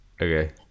Okay